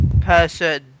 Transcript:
person